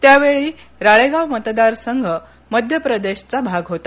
त्यावेळी राळेगाव मतदारसंघ मध्यप्रदेशचा भाग होता